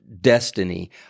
destiny